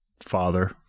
father